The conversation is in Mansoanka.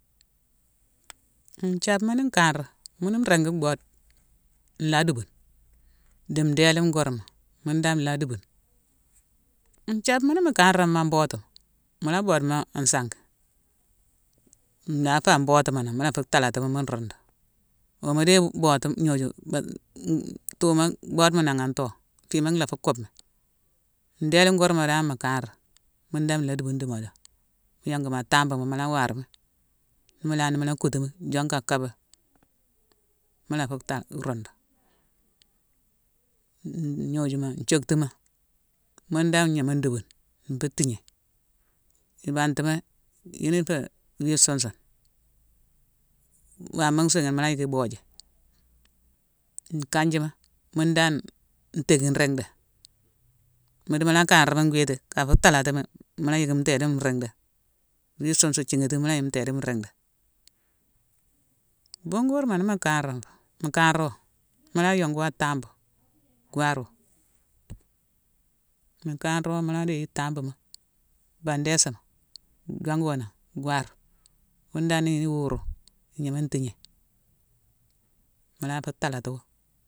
Nthiabma ni kanrami, mune mu ringi bodemi nlaa dubune, di ndééle ngeurma mune dan nlaa dubune. Nthiabma ni mu kanrami an bootuma, mu la bodemi an sangi. nlaa fé an bootuma nangh. Mu la fu thalatimi, mu rundu. Wo mu déye bootu- gnoju- ba- tuuma bode nangha too, fima laffu kubeghi. Ndééle ngeurma dan mu kanrame, mune dan nlaa dubune di modo. Mu yongumi a tambuma, mu la warmi. Nimu lan ni, mula kutumi jongu a kabé. Mu la fu tha-rundu. Gnojuma; nthiocktuma mune dan ngnama dubune, nfu tigné. Ibantima, yuni ifé wii sunsun. Wama nsighine, mula yick ibojé. Nkanjima mune dan ntékine nringhdé. Mu di mu la kanrami ngwiti, ka fu thalatimi, mu la yick ntééde nringhdé; wii sunsun, thinghétine, mu la yick ntééde nringhdé. Buungu weurma ni mu kan roo, mu kan roo, mu la yongu wo a tambu, gwarwo. Mu kanrawo mu la déye tambuma bandésama, jongu wo nan gwar. Wune dan ni-ni iwuru, igna tigné, mu la fu thalatiwo.